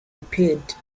repaired